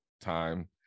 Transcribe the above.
time